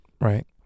right